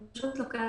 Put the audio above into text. זה פשוט לוקח